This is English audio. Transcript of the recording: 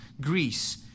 greece